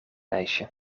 ijsje